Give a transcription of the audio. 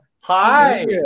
Hi